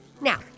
Now